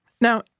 Now